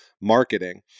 marketing